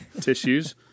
tissues